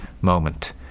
moment